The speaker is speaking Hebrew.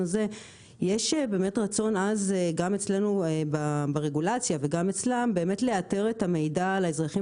יש רצון עז גם אצלנו ברגולציה וגם אצלם לאתר את המידע על האזרחים